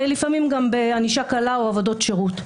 ולפעמים גם נגמרות בענישה קלה או בעבודות שירות.